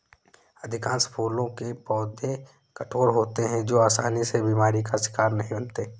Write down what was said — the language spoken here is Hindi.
अधिकांश फूलों के पौधे कठोर होते हैं जो आसानी से बीमारी का शिकार नहीं बनते